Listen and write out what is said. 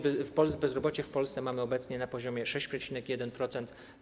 Bezrobocie w Polsce mamy obecnie na poziomie 6,1%.